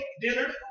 dinner